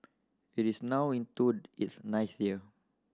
it is now into its ninth year